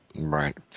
Right